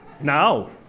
Now